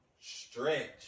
stretch